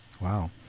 Wow